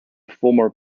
former